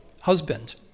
husband